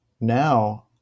now